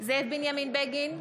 זאב בנימין בגין,